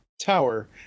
tower